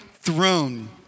throne